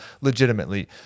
legitimately